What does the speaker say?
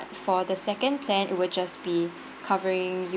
for the second plan it'll just be covering you